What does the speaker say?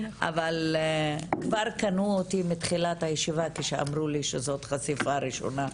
אבל כבר קנו אותי בתחילת הישיבה כשאמרו לי שזאת חשיפה ראשונה,